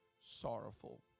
sorrowful